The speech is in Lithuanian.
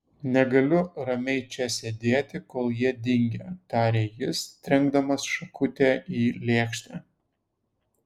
negaliu ramiai čia sėdėti kol jie dingę tarė jis trenkdamas šakutę į lėkštę